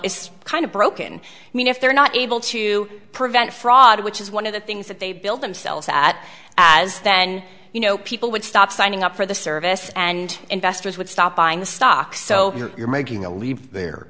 is kind of broken i mean if they're not able to prevent fraud which is one of the things that they build themselves at as then you know people would stop signing up for the service and investors would stop buying the stock so you're making a leap the